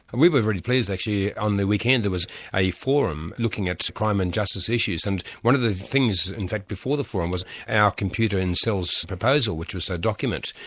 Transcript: we were really pleased actually. on the weekend there was a forum looking at crime and justice issues, and one of the things in fact before the forum was our computer-in-cells proposal, which was a document,